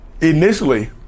initially